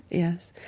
yes.